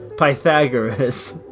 Pythagoras